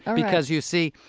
because, you see,